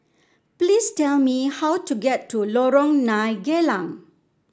please tell me how to get to Lorong Nine Geylang